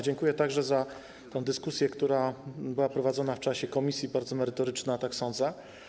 Dziękuję także za tę dyskusję, która była prowadzona w czasie posiedzenia komisji, bardzo merytoryczną, tak sądzę.